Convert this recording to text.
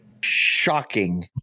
Shocking